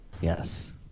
Yes